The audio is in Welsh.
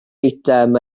eitem